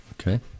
Okay